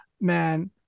man